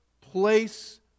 place